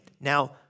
Now